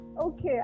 Okay